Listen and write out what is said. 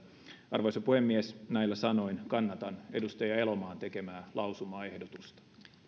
arvoisa puhemies näillä sanoin kannatan edustaja elomaan tekemää lausumaehdotusta